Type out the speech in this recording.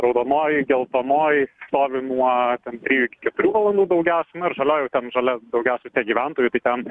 raudonoj geltonoj stovi nuo ten ir iki keturių valandų daugiausia na ir žalioj ten žalia daugiausia tie gyventojai tai ten